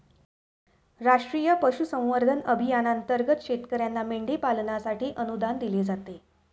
राष्ट्रीय पशुसंवर्धन अभियानांतर्गत शेतकर्यांना मेंढी पालनासाठी अनुदान दिले जाते